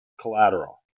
collateral